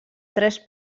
tres